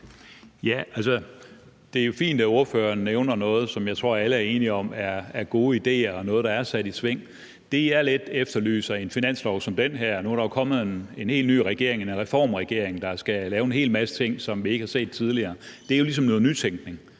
(DD): Det er jo fint, at ordføreren nævner noget, som jeg tror alle er enige om er gode idéer, og noget, der er sat i sving. Det, jeg lidt efterlyser i en finanslov som den her, er ambitioner. Nu er der jo kommet en helt ny regering, en reformregering, der skal lave en hel masse ting, som vi ikke har set tidligere, og det er jo ligesom noget nytænkning,